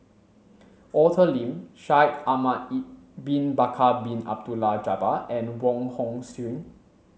Arthur Lim Shaikh Ahmad bin Bakar Bin Abdullah Jabbar and Wong Hong Suen